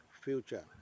future